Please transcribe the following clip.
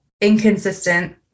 inconsistent